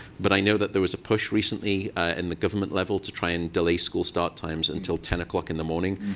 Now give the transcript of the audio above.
but i know that there was a push recently in the government level to try and delay school start times until ten o'clock in the morning.